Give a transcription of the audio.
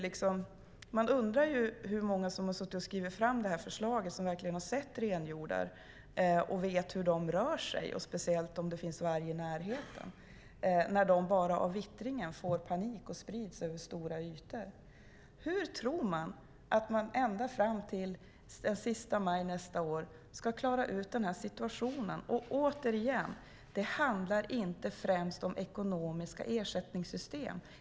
Jag undrar hur många som har skrivit fram det här förslaget som verkligen har sett renhjordar och vet hur de rör sig, speciellt om det finns varg i närheten. De får panik bara av vittringen och sprids över stora ytor. Hur tror man att man ska klara den här situationen ända fram till den sista maj nästa år? Det handlar inte främst om ekonomiska ersättningssystem.